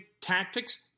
tactics